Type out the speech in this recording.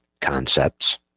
concepts